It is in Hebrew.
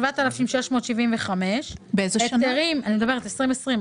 בשנת 2020,